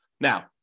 Now